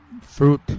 Fruit